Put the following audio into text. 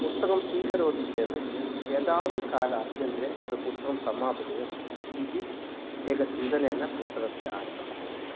पुस्तकं स्वीकरोति चेद् यदावद् कालाभ्यन्तरे तत् पुस्तकं समापनीयम् इति एकं चिन्तनेन पुस्तकस्य आरम्भः भवति